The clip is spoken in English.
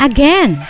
Again